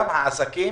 הנושא השני זה העסקים